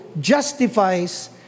justifies